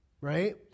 right